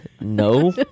No